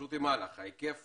התקשרות עם אל"ח היקף